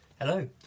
Hello